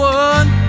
one